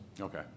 Okay